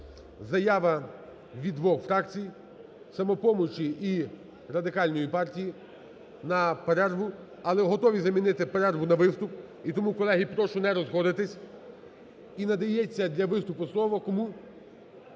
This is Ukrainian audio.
заява від двох фракцій "Самопомочі" і Радикальної партії на перерву, але готові замінити перерву на виступ. І тому, колеги, прошу не розходитись. І надається для виступу слово, кому?